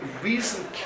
Reason